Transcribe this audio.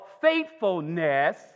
faithfulness